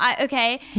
Okay